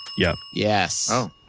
yeah yes oh